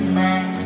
man